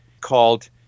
called